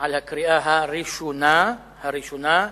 בקריאה הראשונה, הראשונה,